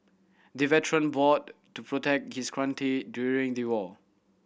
the veteran fought to protect his country during the war